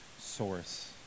source